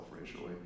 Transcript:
racially